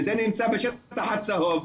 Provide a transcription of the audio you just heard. וזה נמצא בשטח הצהוב,